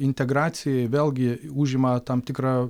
integracijai vėlgi užima tam tikrą